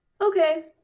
Okay